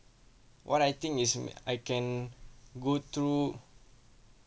what I think is I can go through